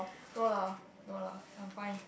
no lah no lah I'm fine